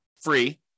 Free